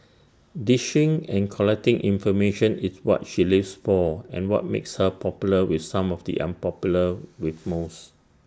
dishing and collecting information is what she lives for and what makes her popular with some of the unpopular with most